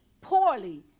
poorly